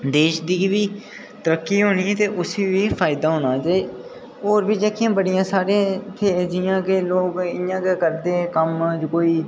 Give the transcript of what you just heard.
देश दी बी तरक्की होनी ते उसी बी फायदा होना होर बी बड़े सारे लोक इं'या के करदे कम्म कोई